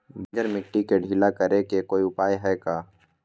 बंजर मिट्टी के ढीला करेके कोई उपाय है का?